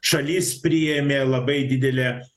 šalis priėmė labai didelę